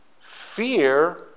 Fear